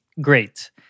great